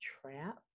trap